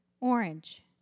Orange